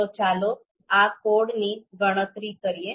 તો ચાલો આ કોડની ગણતરી કરીએ